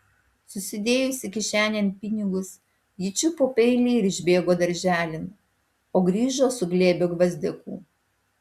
susidėjusi kišenėn pinigus ji čiupo peilį ir išbėgo darželin o grįžo su glėbiu gvazdikų